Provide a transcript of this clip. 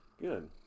Good